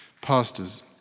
Pastors